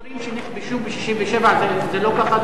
יכול להיות שבאזורים שנכבשו ב-67' זה לא ככה,